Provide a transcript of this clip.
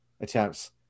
attempts